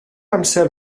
amser